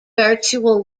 virtual